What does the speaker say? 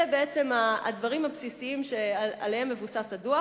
אלה בעצם הדברים הבסיסיים שעליהם מבוסס הדוח,